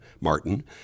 Martin